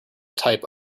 type